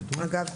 אגב,